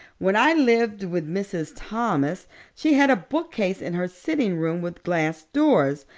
when i lived with mrs. thomas she had a bookcase in her sitting room with glass doors.